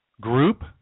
group